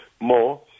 more